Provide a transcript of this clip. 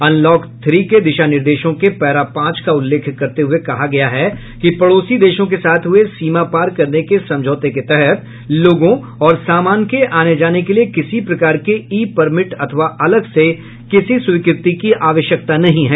unlock three के दिशा निर्देशों के पैरा पांच का उल्लेख करते हुए कहा गया है कि पड़ोसी देशों के साथ हुए सीमापार करने के समझौते के तहत लोगों और सामान के आने जाने के लिए किसी प्रकार के ई परमिट अथवा अलग से किसी स्वीकृति की आवश्यकता नहीं है